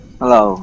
hello